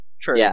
True